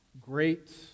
Great